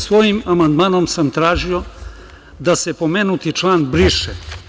Svojim amandmanom sam tražio da se pomenuti član briše.